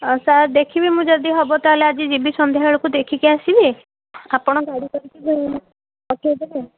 ଆଉ ସାର୍ ଦେଖିବି ମୁଁ ଯଦି ହବ ତା'ହେଲେ ଆଜି ଯିବି ସନ୍ଧ୍ୟାବେଳକୁ ଦେଖିକି ଆସିବି ଆପଣ ଗାଡ଼ି କରିକି ଯେଉଁ ପଠାଇଦେବେ